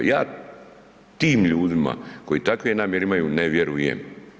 Ja tim ljudima koji takve namjere imaju, ne vjerujem.